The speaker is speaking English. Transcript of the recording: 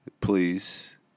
please